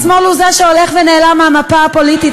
השמאל הוא זה שהולך ונעלם מהמפה הפוליטית,